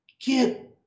get